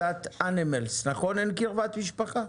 עליו אי פעם ולהגיד להן שיישארו בענף מטעמים של ציונות.